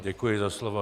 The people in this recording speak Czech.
Děkuji za slovo.